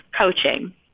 coaching